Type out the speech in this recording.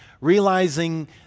realizing